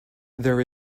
there